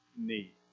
need